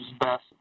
best